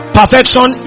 perfection